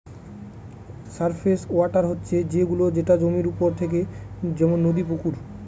surface water হচ্ছে সে গুলো যেটা জমির ওপরে থাকে যেমন পুকুর, নদী